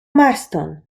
marston